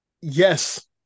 yes